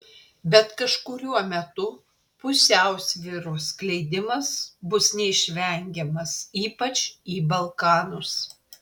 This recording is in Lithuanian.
bet kažkuriuo metu pusiausvyros skleidimas bus neišvengiamas ypač į balkanus